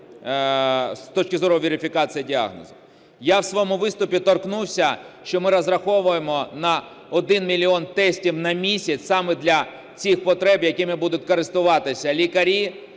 з точки зору верифікації діагнозу. Я у своєму виступі торкнувся, що ми розраховуємо на 1 мільйон тестів на місяць саме для цих потреб, якими будуть користуватися лікарі,